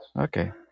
Okay